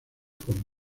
con